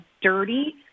dirty